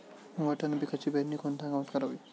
वाटाणा पिकाची पेरणी कोणत्या हंगामात करावी?